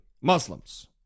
Muslims